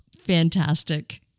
Fantastic